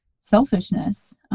selfishness